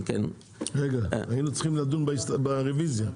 רגע, נדון ברביזיה.